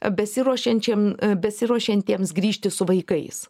besiruošiančiem besiruošiantiems grįžti su vaikais